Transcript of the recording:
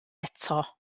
eto